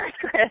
Chris